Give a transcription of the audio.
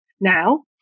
now